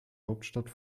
hauptstadt